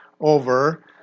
over